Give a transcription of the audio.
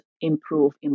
improve